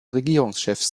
regierungschefs